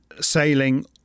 sailing